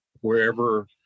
wherever